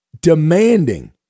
demanding